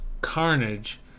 carnage